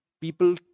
people